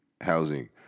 housing